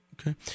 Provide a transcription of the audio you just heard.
Okay